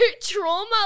trauma